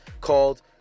called